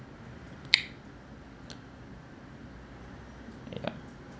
ya